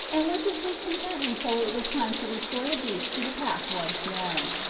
and went to sleep contentedly till it was time to restore the beast to the path once more.